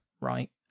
right